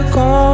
go